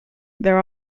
there